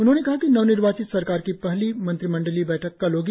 उन्होंने कहा कि नवनिर्वाचित सरकार की पहली मंत्रिमण्डलीय बैठक कल होगी